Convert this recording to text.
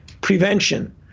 prevention